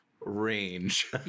range